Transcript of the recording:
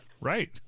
Right